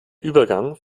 übergang